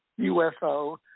UFO